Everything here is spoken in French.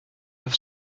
neuf